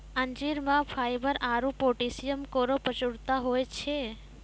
अंजीर म फाइबर आरु पोटैशियम केरो प्रचुरता होय छै